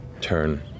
turn